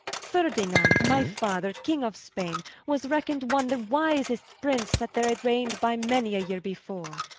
ferdinand my father, king of spaine, was reckon'd one the wisest prince, that there had reign'd, by many a yeare before.